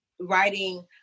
writing